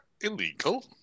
illegal